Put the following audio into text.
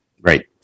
Right